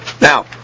Now